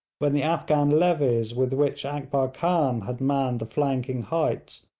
when the afghan levies with which akbar khan had manned the flanking heights,